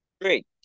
Great